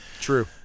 True